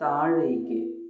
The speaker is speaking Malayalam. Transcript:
താഴേക്ക്